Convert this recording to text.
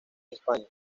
españa